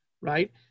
right